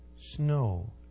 Snow